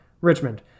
Richmond